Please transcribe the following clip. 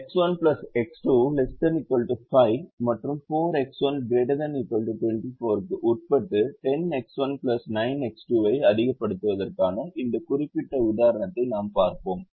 X1 X2 ≤ 5 மற்றும் 4 X1 ≥ 24 க்கு உட்பட்டு 10 X1 9 X2 ஐ அதிகப்படுத்துவதற்கான இந்த குறிப்பிட்ட உதாரணத்தை நாம் பார்த்தோம்